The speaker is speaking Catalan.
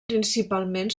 principalment